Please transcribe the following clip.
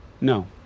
No